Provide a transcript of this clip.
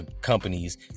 companies